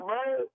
Man